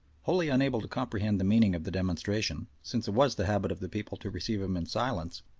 wholly unable to comprehend the meaning of the demonstration, since it was the habit of the people to receive him in silence,